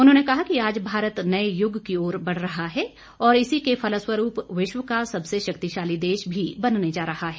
उन्होंने कहा कि आज भारत नए युग की ओर बढ़ रहा है और इसी के फलस्वरूप विश्व का सबसे शक्तिशाली देश भी बनने जा रहा है